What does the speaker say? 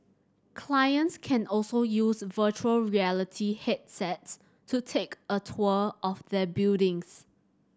clients can also use virtual reality headsets to take a tour of their buildings